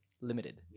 limited